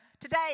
today